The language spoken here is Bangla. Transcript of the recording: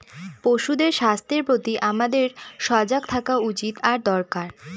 পশুদের স্বাস্থ্যের প্রতি আমাদের সজাগ থাকা উচিত আর দরকার